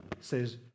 says